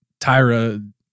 Tyra